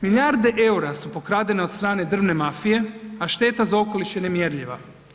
Milijarde EUR-a su pokradene od strane drvne mafije, a šteta za okoliš je nemjerljiva.